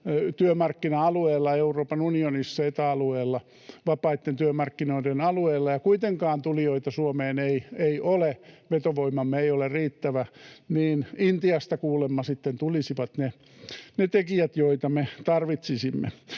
työmarkkina-alueella Euroopan unionissa, Eta-alueella, vapaiden työmarkkinoiden alueella, ja kuitenkaan tulijoita Suomeen ei ole, vetovoimamme ei ole riittävä, niin Intiasta kuulemma sitten tulisivat ne tekijät, joita me tarvitsisimme.